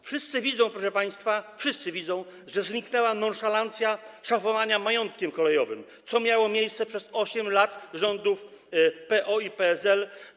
Wszyscy widzą, proszę państwa - wszyscy widzą - że zniknęła nonszalancja, jeśli chodzi o szafowanie majątkiem kolejowym, co miało miejsce przez 8 lat rządów PO i PSL.